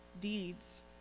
deeds